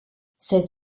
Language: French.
cette